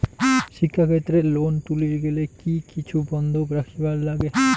শিক্ষাক্ষেত্রে লোন তুলির গেলে কি কিছু বন্ধক রাখিবার লাগে?